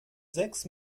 sechs